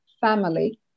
family